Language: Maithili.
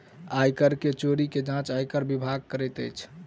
आय कर के चोरी के जांच आयकर विभाग करैत अछि